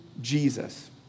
Jesus